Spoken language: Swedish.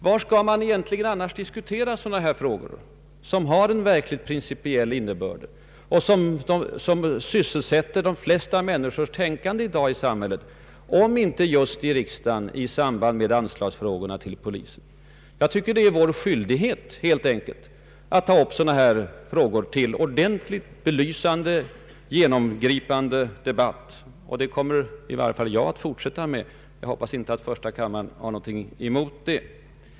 Var skall man egenligen annars diskutera sådana här frågor med stor principiell räckvidd och som sysselsätter de flesta människors tänkande i dag, om inte just i riksdagen i samband med behandlingen av frågorna om anslag till polisen? Jag tycker att det helt enkelt är vår skyldighet att ta upp sådana frågor till en ordentligt belysande och genomgripande debatt. Och det kommer i varje fall jag att fortsätta med — jag hoppas att första kammaren inte har någonting emot detta.